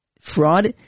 fraud